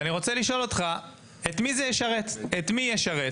ואני רוצה לשאול אותך, את מי זה ישרת?